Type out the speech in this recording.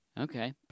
Okay